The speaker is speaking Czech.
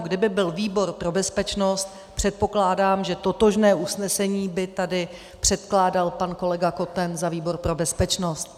Kdyby byl výbor pro bezpečnost, předpokládám, že totožné usnesení by tady předkládal pan kolega Koten za výbor pro bezpečnost.